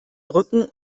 rücken